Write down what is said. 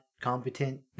competent